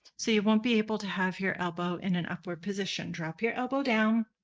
so you won't be able to have your elbow in an upward position. drop your elbow down,